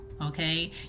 okay